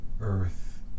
earth